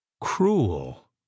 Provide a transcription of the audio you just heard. cruel